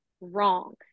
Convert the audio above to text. wrong